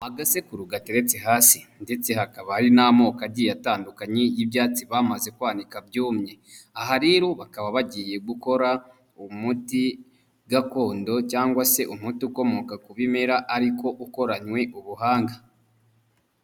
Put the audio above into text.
Agasekuru gateretse hasi ndetse hakaba hari n'amoko agiye atandukanye y'ibyatsi bamaze kwanika byumye, aha rero bakaba bagiye gukora umuti gakondo cyangwa se umuti ukomoka ku bimera ariko ukoranywe ubuhanga.